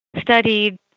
studied